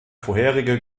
vorherige